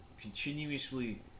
continuously